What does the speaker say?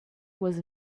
was